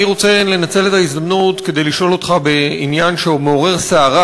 אני רוצה לנצל את ההזדמנות כדי לשאול אותך בעניין שהיום מעורר סערה,